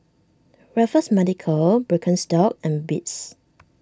Raffles Medical Birkenstock and Beats